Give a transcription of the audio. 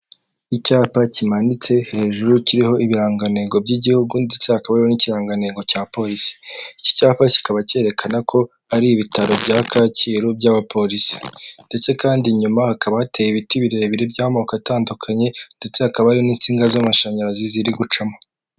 Icyapa kimanitse hejuru kiriho ibirangantego by'igihugu ndetse ha akaba n'ikirangantego cya polisi iki cyapa kikaba cyerekana ko ari ibitaro bya Kacyiru by'abapolisi ndetse kandi nyuma hakaba hateye ibiti birebire by'amoko atandukanye ndetse hakaba ari n'insinga z'amashanyarazi ziri gucamo.